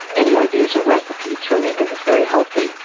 any ideas or recipes for me because it's very healthy.